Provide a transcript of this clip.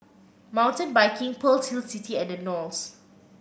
Mountain Biking Pearl's Hill City and The Knolls